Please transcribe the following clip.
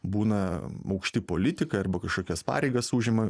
būna maukšti politikai arba kažkokias pareigas užima